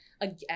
again